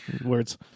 words